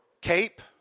cape